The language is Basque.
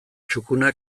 txukuna